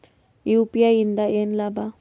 UPI ಇಂದ ಏನ್ ಲಾಭ?